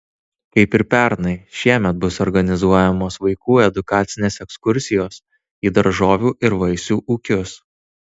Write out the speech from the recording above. kaip ir pernai šiemet bus organizuojamos vaikų edukacines ekskursijos į daržovių ir vaisių ūkius